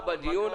אנחנו שעה בדיון,